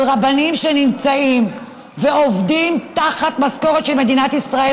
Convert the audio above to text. של רבנים שנמצאים ועובדים תחת משכורת של מדינת ישראל,